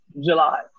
July